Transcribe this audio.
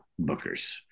bookers